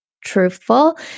truthful